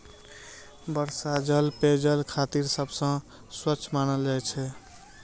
वर्षा जल पेयजल खातिर सबसं स्वच्छ मानल जाइ छै